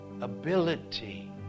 ability